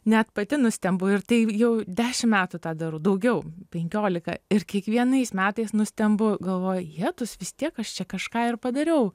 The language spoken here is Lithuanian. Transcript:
net pati nustembu ir tai jau dešim metų tą dar daugiau penkiolika ir kiekvienais metais nustembu galvoju jetus vis tiek aš čia kažką ir padariau